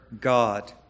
God